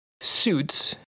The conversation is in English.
suits